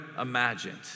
imagined